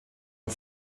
and